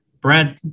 Brad